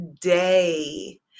day